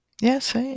Yes